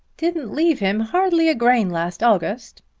didn't leave him hardly a grain last august,